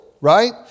right